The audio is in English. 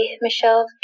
Michelle